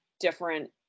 different